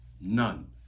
none